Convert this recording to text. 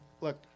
Look